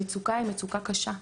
המצוקה היא מצוקה קשה.